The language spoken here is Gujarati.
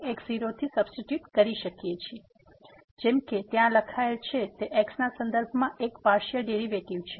તેથી જેમ કે ત્યાં લખાયેલ છે તે x ના સંદર્ભમાં એક પાર્સીઅલ ડેરીવેટીવ છે